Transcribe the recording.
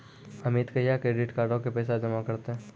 अमित कहिया क्रेडिट कार्डो के पैसा जमा करतै?